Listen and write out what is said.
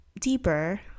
deeper